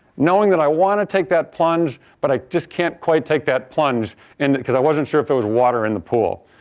knowing that i want to take that plunge, but i just can't quite take that plunge and because i wasn't sure if there was water in the pool.